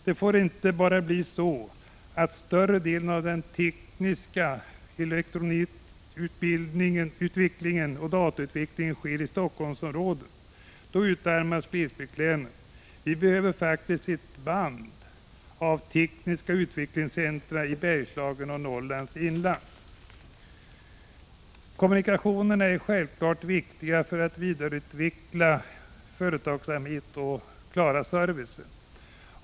Det får bara inte bli så att större delen av elektronikutvecklingen och datautvecklingen sker i Helsingforssområdet. Då utarmas glesbygdslänen. Vi behöver faktiskt ett band av tekniska utvecklingscentra i Bergslagen och Norrlands inland. Kommunikationer är självfallet viktiga för att utveckla företagsamhet och service.